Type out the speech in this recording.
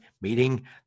meeting